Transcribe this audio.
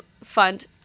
fund